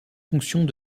fonctions